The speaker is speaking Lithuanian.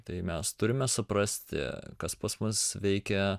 tai mes turime suprasti kas pas mus veikia